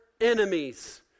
enemies